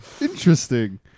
Interesting